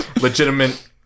legitimate